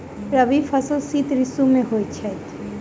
रबी फसल शीत ऋतु मे होए छैथ?